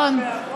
גם,